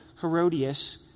Herodias